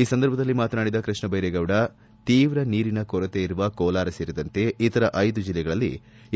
ಈ ಸಂದರ್ಭದಲ್ಲಿ ಮಾತನಾಡಿದ ಕೃಷ್ಣಬೈರೇಗೌಡ ಶೀವ್ರ ನೀರಿನ ಕೊರತೆ ಇರುವ ಕೋಲಾರ ಸೇರಿದಂತೆ ಇತರ ಐದು ಜಿಲ್ಲೆಗಳಲ್ಲಿ